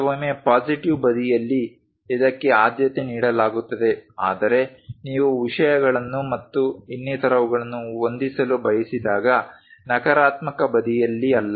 ಕೆಲವೊಮ್ಮೆ positive ಬದಿಯಲ್ಲಿ ಇದಕ್ಕೆ ಆದ್ಯತೆ ನೀಡಲಾಗುತ್ತದೆ ಆದರೆ ನೀವು ವಿಷಯಗಳನ್ನು ಮತ್ತು ಇನ್ನಿತರವುಗಳನ್ನು ಹೊಂದಿಸಲು ಬಯಸಿದಾಗ ನಕಾರಾತ್ಮಕ ಬದಿಯಲ್ಲಿ ಅಲ್ಲ